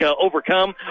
overcome